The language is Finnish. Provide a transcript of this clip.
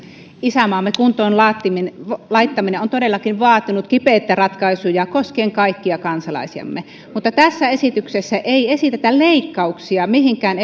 isänmaamme kuntoon laittaminen on todellakin vaatinut kipeitä ratkaisuja koskien kaikkia kansalaisiamme tässä esityksessä ei esitetä leikkauksia mihinkään